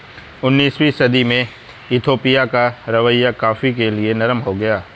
उन्नीसवीं सदी में इथोपिया का रवैया कॉफ़ी के लिए नरम हो गया